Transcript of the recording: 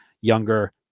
younger